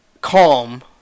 calm